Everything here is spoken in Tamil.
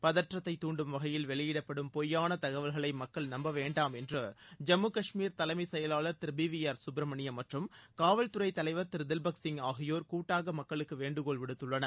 பதற்றத்தை தூண்டும் வகையில் வெளியிடப்படும் பொய்யான தகவல்களை மக்கள் நம்ப வேண்டாம் என்று ஜம்மு காஷ்மீர் தலைமைச் செயலாளர் Thiru B V R Subrahmanyam மற்றும் காவல்துறை தலைவர் திரு தில்பக் சிங் ஆகியோர் கூட்டாக மக்களுக்கு வேண்டுகோள் விடுத்துள்ளனர்